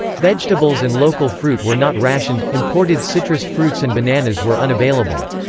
vegetables and local fruit were not rationed imported citrus fruits and bananas were unavailable.